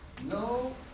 No